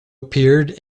appeared